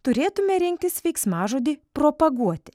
turėtume rinktis veiksmažodį propaguoti